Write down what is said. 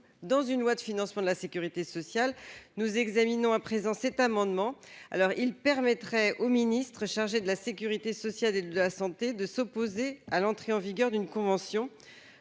dans une loi de financement de la sécurité sociale. L'adoption de l'amendement n° 52 rectifié permettrait au ministre chargé de la sécurité sociale et de la santé de s'opposer à l'entrée en vigueur d'une convention